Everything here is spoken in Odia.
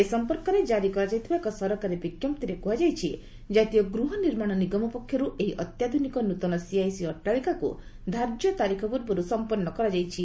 ଏ ସମ୍ପର୍କରେ ଜାରି କରାଯାଇଥିବା ଏକ ସରକାରୀ ବିଜ୍ଞପ୍ତିରେ କୁହାଯାଇଛି ଜାତୀୟ ଗୃହ ନିର୍ମାଣ ନିଗମ ପକ୍ଷରୁ ଏହି ଅତ୍ୟାଧୁନିକ ନୃତନ ସିଆଇସି ଅଟ୍ଟାଳିକାକୁ ଧାର୍ଯ୍ୟ ତାରିଖ ପୂର୍ବରୁ ସମ୍ପନ୍ନ କରାଯାଇଛି